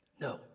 No